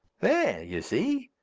there, you see!